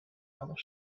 other